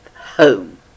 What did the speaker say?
home